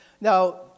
Now